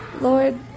Lord